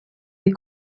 des